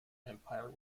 empire